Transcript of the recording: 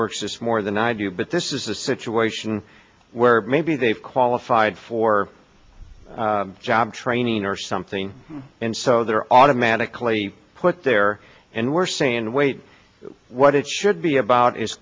works more than i do but this is a situation where maybe they've qualified for job training or something and so they're automatically put there and we're saying wait what it should be about is